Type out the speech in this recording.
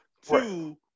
Two